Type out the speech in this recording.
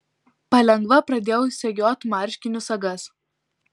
palengva pradėjau segiot marškinių sagas